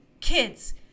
kids